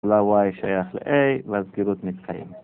לY שייך ל-A והסגירות מתחילות.